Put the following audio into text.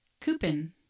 coupon